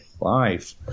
life